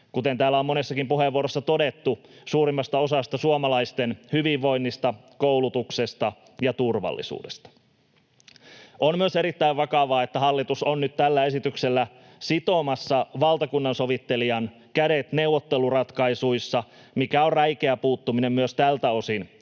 kuten täällä on monessakin puheenvuorossa todettu, suurimmasta osasta suomalaisten hyvinvoinnista, koulutuksesta ja turvallisuudesta. On myös erittäin vakavaa, että hallitus on nyt tällä esityksellä sitomassa valtakunnansovittelijan kädet neuvotteluratkaisuissa, mikä on räikeä puuttuminen myös tältä osin